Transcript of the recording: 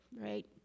right